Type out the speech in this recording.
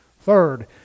Third